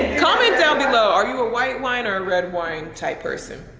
comment there below. are you a white wine or red wine type person?